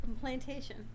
Plantation